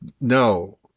No